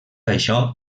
això